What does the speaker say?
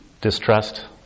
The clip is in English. Distrust